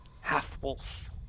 half-wolf